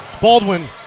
Baldwin